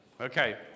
Okay